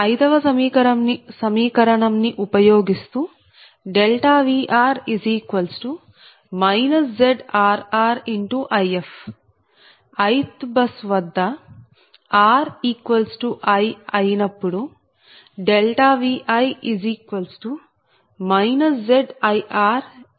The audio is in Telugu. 5 వ సమీకరణం ని ఉపయోగిస్తూ Vr ZrrIf ith బస్ వద్ద r i అయినప్పుడు Vi ZirIf